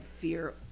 fear